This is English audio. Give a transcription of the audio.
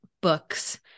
books